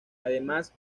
además